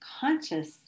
conscious